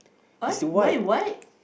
what why you what